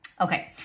Okay